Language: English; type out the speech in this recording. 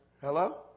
Hello